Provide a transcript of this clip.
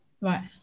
Right